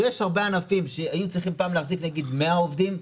שיש הרבה ענפים שהיו צריכים פעם להחזיק 100 עובדים,